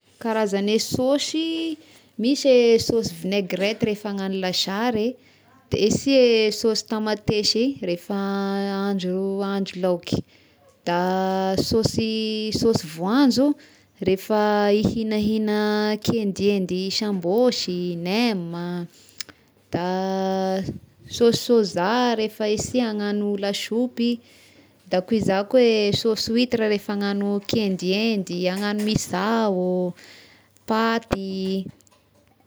Karazagne sôsy: misy e sôsy vinaigrety rehefa agnano lasary eh, de sia sôsy tamatesy rehefa ahandro ahandro laoky, da sôsy sôsy voanjo rehefa ihignahigna kihendihendy sambôsy, nem ah, da sôsy sôja rehefa isy agnano lasopy, da koa iza koa e sôsy witra rehefa agnano kihendihendy, agnano misao, paty.